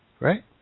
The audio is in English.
Right